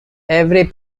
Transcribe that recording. every